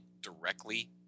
directly